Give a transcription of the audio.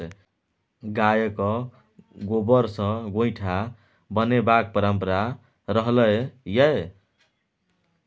गायक गोबर सँ गोयठा बनेबाक परंपरा रहलै यै